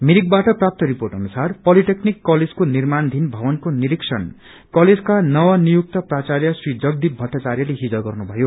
मिरिकबाट प्राप्त रिपोेट अनुसार पोलिटेकनिक कलेजको निार्माणथिन भवनलाई निरीक्षण कलेजका नव नियुक्त प्राच्यय श्री जगदीप भट्टाच्यले हिज गर्नु भयो